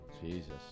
Jesus